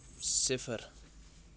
صِفر